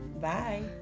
Bye